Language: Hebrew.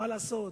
מה לעשות.